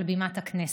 על בימת הכנסת.